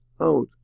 out